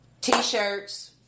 t-shirts